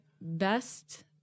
best